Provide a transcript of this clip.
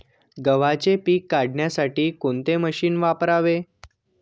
गव्हाचे पीक काढण्यासाठी कोणते मशीन वापरावे?